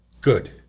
good